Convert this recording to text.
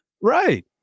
Right